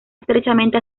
estrechamente